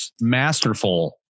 masterful